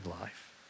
life